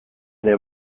ere